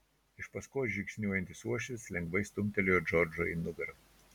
iš paskos žingsniuojantis uošvis lengvai stumtelėjo džordžą į nugarą